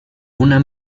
una